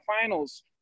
Finals